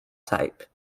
type